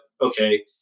Okay